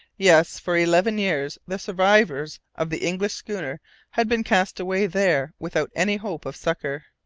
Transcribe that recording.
yes! for eleven years, the survivors of the english schooner had been cast away there without any hope of succour.